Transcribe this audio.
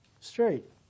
straight